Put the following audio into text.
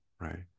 right